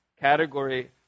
category